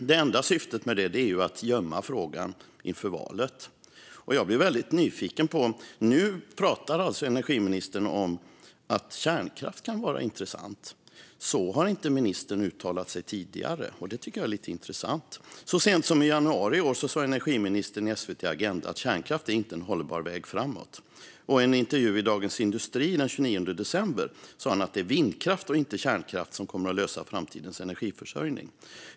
Det enda syftet med det är att gömma frågan inför valet. Något som gör mig väldigt nyfiken är att energiministern nu pratar om att kärnkraft kan vara intressant. Så har inte ministern uttalat sig tidigare. Det här tycker jag är intressant. Så sent som i januari i år sa energiministern i SVT:s Agenda att kärnkraft inte är en hållbar väg framåt. I en intervju i Dagens industri den 29 december sa han att det är vindkraft och inte kärnkraft som kommer att lösa framtidens energiförsörjning.